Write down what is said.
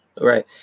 right